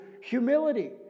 humility